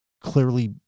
clearly